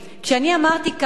כשאני אמרתי כאן,